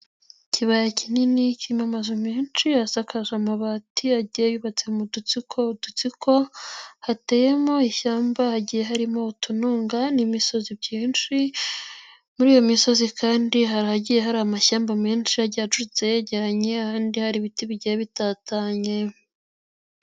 Ikibaya kinini cyrimo amazu menshi asakaje amabati, agiye yubatse mu dutsiko, udutsiko, hateyemo ishyamba hagiye harimo utununga n'imisozi twinshi, muri iyo misozi kandi hagiye hari amashyamba menshi yacutse yegeranye ahandi hari ibiti bigiye bitatanye.